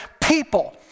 people